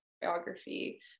biography